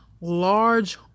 large